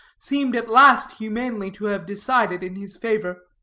seemed at last humanely to have decided in his favor.